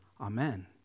Amen